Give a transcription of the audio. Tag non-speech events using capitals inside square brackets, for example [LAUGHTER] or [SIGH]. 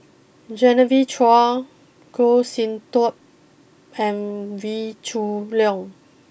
Genevieve Chua Goh Sin Tub and Wee [UNINTELLIGIBLE] Leong